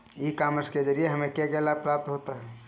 ई commerce के ज़रिए हमें क्या क्या लाभ प्राप्त होता है?